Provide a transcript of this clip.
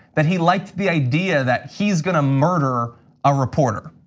that he liked the idea that he's gonna murder a reporter.